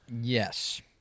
Yes